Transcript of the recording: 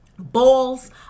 balls